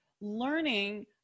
learning